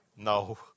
No